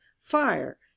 Fire